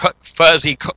fuzzy